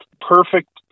perfect